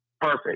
Perfect